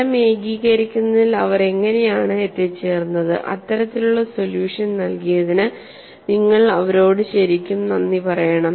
ഫലം ഏകീകരിക്കുന്നതിൽ അവർ എങ്ങനെയാണ് എത്തിച്ചേർന്നത് ഇത്തരത്തിലുള്ള സൊല്യൂഷൻ നൽകിയതിന് നിങ്ങൾ അവരോട് ശരിക്കും നന്ദി പറയണം